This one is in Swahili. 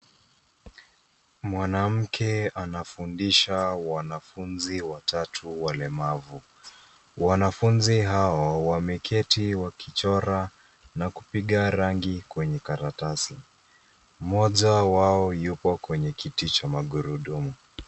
Mwanamke anafundisha wanafunzi watatu walemavu. Wanafunzi hao wameketi wakichora na kupiga rangi kwenye karatasi. Mmoja wap yuko kwenye kiti cha magurudumu.